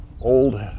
old